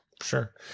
Sure